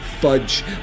Fudge